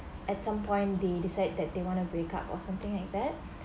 at some point they decide that they want to break up or something like that